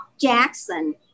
Jackson